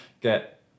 get